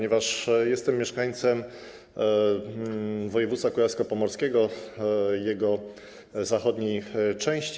Jestem mieszkańcem województwa kujawsko-pomorskiego, jego zachodniej części.